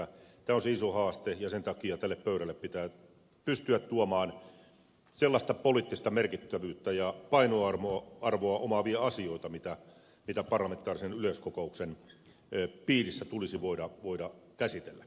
tämä on se iso haaste ja sen takia tälle pöydälle pitää pystyä tuomaan sellaista poliittista merkittävyyttä ja painoarvoa omaavia asioita mitä parlamentaarisen yleiskokouksen piirissä tulisi voida käsitellä